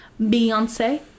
Beyonce